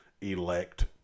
elect